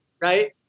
Right